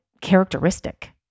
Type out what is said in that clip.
characteristic